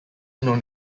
known